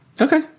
Okay